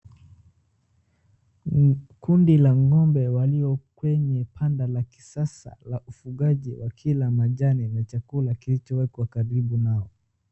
Kundi la ng'ombe walio kwenye panda la kisasa la ufugaji wa kila majani na chakula kilicho wekwa karibu nao.